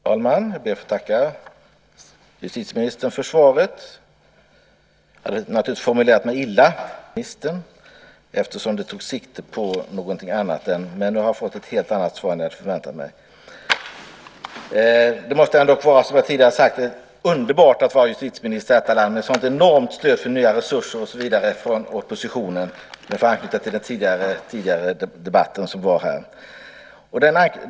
Herr talman! Jag ber att få tacka justitieministern för svaret. Jag hade naturligtvis formulerat mig illa. Jag hade förväntat mig att få svar från vice statsministern eftersom min fråga tog sikte på någonting annat. Men nu har jag fått ett helt annat svar än det som jag hade förväntat mig. Det måste ändå, som jag tidigare har sagt, vara underbart att vara justitieminister i detta land med ett så enormt stöd från oppositionen för nya resurser och så vidare, om jag får anknyta till den tidigare debatten.